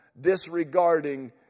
disregarding